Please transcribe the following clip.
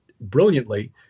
brilliantly